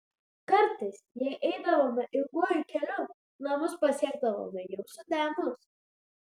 kartais jei eidavome ilguoju keliu namus pasiekdavome jau sutemus